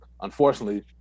unfortunately